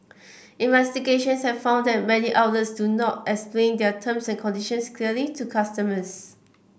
investigations have found that many outlets do not explain their terms and conditions clearly to customers